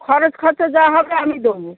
খরচ খরচা যা হবে আমি দেব